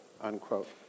unquote